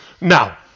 Now